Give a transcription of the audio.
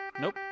Nope